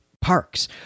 Parks